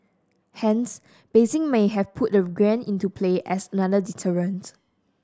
hence Beijing may have put the yuan into play as another deterrent